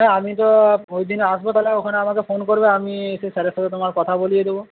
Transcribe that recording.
হ্যাঁ আমি তো ওই দিন আসবো তাহলে ওখানে তুমি আমাকে ফোন করবে আমি এসে স্যারের সাথে তোমার কথা বলিয়ে দেবো